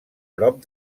prop